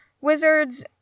Wizards